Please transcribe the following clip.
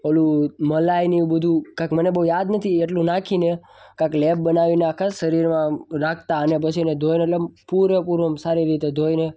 ઓલું મલાઈ ને એવું બધું કારણ કે મને બહુ યાદ નથી એ એટલું નાખીને કાંઈક લેપ બનાવીને આખા શરીરમાં આમ રાખતાં અને પછી એને ધોઈને એ એટલે એમ પૂરેપૂરૂં આમ સારી રીતે ધોઈને